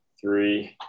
three